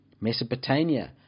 Mesopotamia